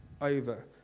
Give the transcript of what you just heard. over